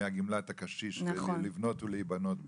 לקחת מגמלת הקשיש לבנות ולהבנות בה.